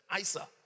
ISA